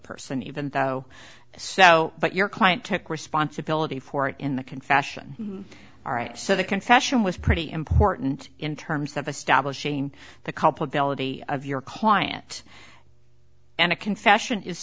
person even though so but your client took responsibility for it in the confession all right so the confession was pretty important in terms of a stab in the culpability of your client and a confession is